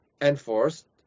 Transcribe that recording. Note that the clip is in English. enforced